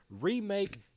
Remake